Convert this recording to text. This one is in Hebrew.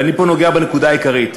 אבל פה אני נוגע בנקודה העיקרית: